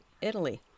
Italy